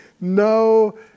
no